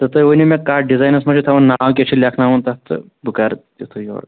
تہٕ تُہۍ ؤنِو مےٚ کَتھ ڈِزایٔنَس منٛز چھِ تھاوُن ناو کیٛاہ چھِ لیکھناوُن تَتھ تہٕ بہٕ کَر تِتھُے یورٕ